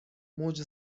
موج